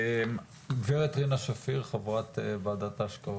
גברת רינה שפיר חברת ועדת השקעות.